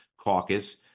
caucus